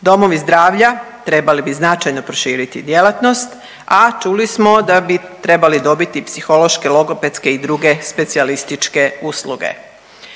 Domovi zdravlja trebali bi značajno proširiti djelatnost, a čuli smo da bi trebali dobiti psihološke, logopedske i druge specijalističke usluge.